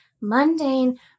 mundane